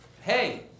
Hey